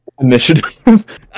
Initiative